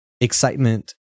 excitement